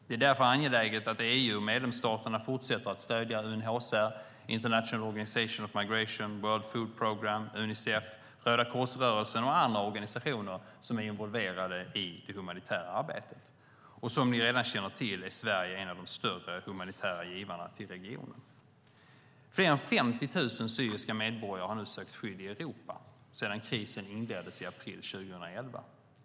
Det är därför angeläget att EU och medlemsstaterna fortsätter att stödja UNHCR, International Organization for Migration, World Food Programme, Unicef, Röda Kors-rörelsen och andra organisationer som är involverade i det humanitära arbetet. Som ni redan känner till är Sverige en av de större humanitära givarna till regionen. Fler än 50 000 syriska medborgare har nu sökt skydd i Europa sedan krisens inleddes i april 2011.